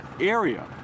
area